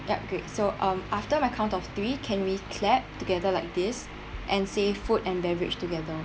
ya great so um after my count of three can we clapped together like this and say food and beverage together